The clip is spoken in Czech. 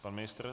Pan ministr?